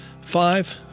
Five